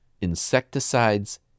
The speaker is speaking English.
insecticides